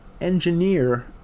engineer